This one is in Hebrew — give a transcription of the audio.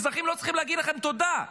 האזרחים לא צריכים להגיד לכם תודה.